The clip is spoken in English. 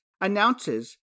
announces